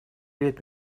лет